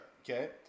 Okay